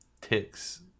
ticks